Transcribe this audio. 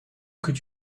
could